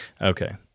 Okay